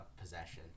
possession